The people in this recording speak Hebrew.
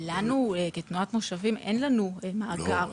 לנו כתנועת מושבים, אין לנו מאגר.